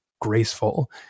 graceful